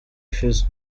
fizzo